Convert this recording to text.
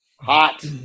Hot